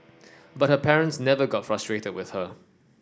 but her parents never got frustrated with her